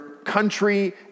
country